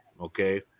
okay